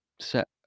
set